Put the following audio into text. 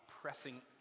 pressing